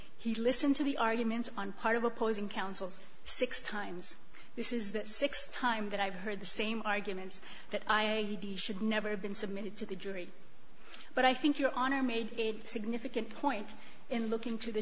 he listened to the arguments on part of opposing counsel six times this is the sixth time that i've heard the same arguments that i should never have been submitted to the jury but i think your honor made a significant point in looking t